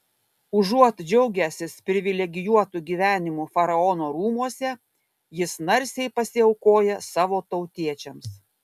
užuot džiaugęsis privilegijuotu gyvenimu faraono rūmuose jis narsiai pasiaukoja savo tautiečiams